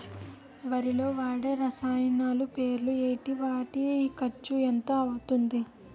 వరిలో వాడే రసాయనాలు పేర్లు ఏంటి? వాటి ఖర్చు ఎంత అవతుంది?